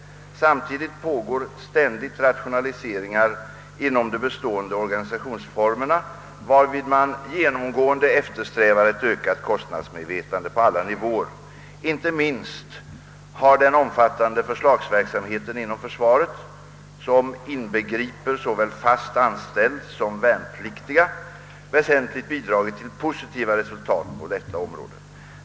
Samtidigt pågår ständigt rationaliseringar inom de bestående organisationsformerna, varvid man genomgående eftersträvar ett ökat kostnadsmedvetande på alla nivåer. Inte minst har den omfattande förslagsverksamheten inom försvaret, som inbegriper såväl fast anställd personal som värnpliktiga, väsentligt bidragit till positiva resultat på detta område.